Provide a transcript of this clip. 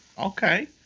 Okay